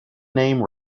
name